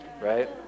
Right